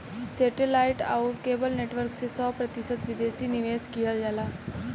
सेटे light आउर cable network में सौ प्रतिशत विदेशी निवेश किहल जाला